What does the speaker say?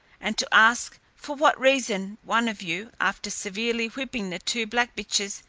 and to ask for what reason one of you, after severely whipping the two black bitches,